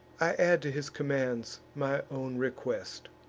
i add to his commands my own request